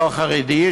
לא חרדי,